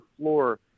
floor